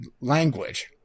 language